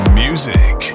music